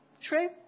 True